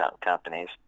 companies